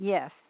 Yes